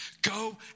Go